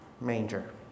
manger